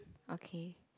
okay